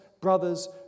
brothers